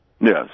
Yes